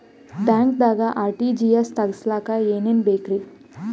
ಬ್ಯಾಂಕ್ದಾಗ ಆರ್.ಟಿ.ಜಿ.ಎಸ್ ತಗ್ಸಾಕ್ ಏನೇನ್ ಬೇಕ್ರಿ?